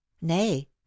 nay